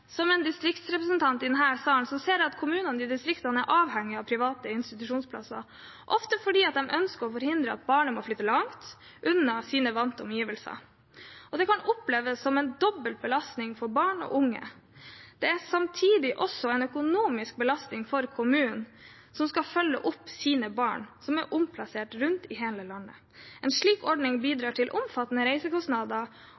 Som en distriktsrepresentant i denne salen ser jeg at kommunene i distriktene er avhengige av private institusjonsplasser, ofte fordi de ønsker å forhindre at barnet må flytte langt unna sine vante omgivelser. Det kan oppleves som en dobbel belastning for barn og unge. Det er samtidig også en økonomisk belastning for kommunen, som skal følge opp sine barn som er omplassert rundt omkring i hele landet. En slik ordning